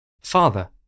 Father